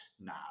now